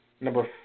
Number